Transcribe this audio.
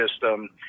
system